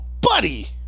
Buddy